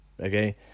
Okay